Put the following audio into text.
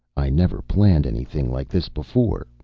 i never planned anything like this before,